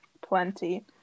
plenty